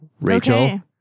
Rachel